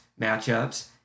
matchups